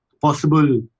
possible